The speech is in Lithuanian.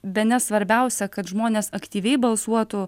bene svarbiausia kad žmonės aktyviai balsuotų